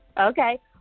Okay